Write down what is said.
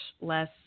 less